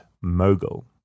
Mogul